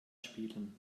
spielen